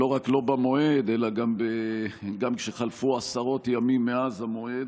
לא רק לא במועד אלא גם כשחלפו עשרות ימים מאז המועד.